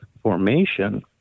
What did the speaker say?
formation